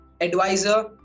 advisor